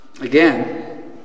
Again